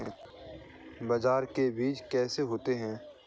बाजरे के बीज कैसे होते हैं?